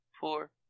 four